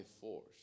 force